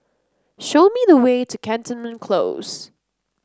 show me the way to Canton Close